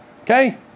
Okay